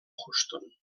houston